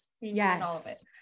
Yes